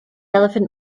elephant